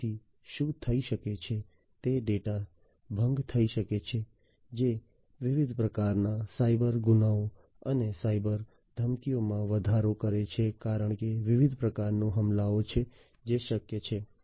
તેથી શું થઈ શકે છે તે ડેટા ભંગ થઈ શકે છે જે વિવિધ પ્રકારના સાયબરગુનાઓ અને સાયબરધમકીઓમાં વધારો કરે છે કારણ કે વિવિધ પ્રકારના હુમલાઓ છે જે શક્ય છે